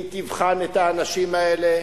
אם תבחן את האנשים האלה,